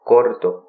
Corto